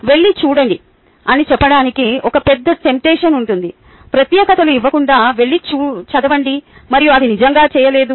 వెళ్లి చూడండి అని చెప్పడానికి ఒక పెద్ద టెంప్టేషన్ ఉంటుంది ప్రత్యేకతలు ఇవ్వకుండా వెళ్లి చదవండి మరియు అది నిజంగా చేయలేదు